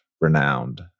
renowned